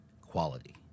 quality